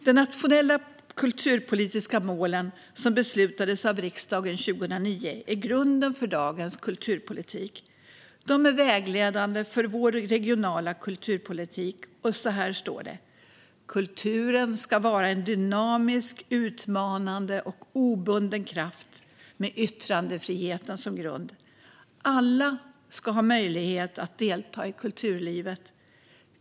De nationella kulturpolitiska målen, som beslutades av riksdagen 2009, är grunden för dagens kulturpolitik. De är vägledande för vår regionala kulturpolitik. Så här står det: "Kulturen ska vara en dynamisk, utmanande och obunden kraft med yttrandefriheten som grund. Alla ska ha möjlighet att delta i kulturlivet.